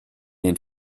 den